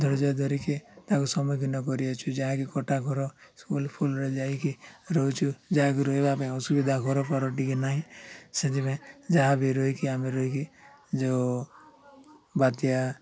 ଧରିଯ୍ୟ ଧରିକି ତାକୁ ସମ୍ମୁଖୀନ କରିଅଛୁ ଯାହାକି କଟା ଘର ସ୍କୁଲ୍ ଫୁଲରେ ଯାଇକି ରହୁଛୁ ଯାହାକି ରହିବା ପାଇଁ ଅସୁବିଧା ଘରପଡ଼ ଟିକେ ନାହିଁ ସେଥିପାଇଁ ଯାହା ବି ରହିକି ଆମେ ରହିକି ଯେଉଁ ବାତ୍ୟା